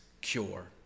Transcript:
cure